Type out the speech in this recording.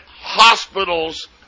hospitals